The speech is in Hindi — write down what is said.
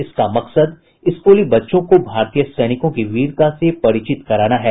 इसका मकसद स्कूली बच्चों को भारतीय सैनिकों की वीरता से परिचित कराना है